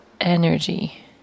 energy